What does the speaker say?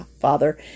father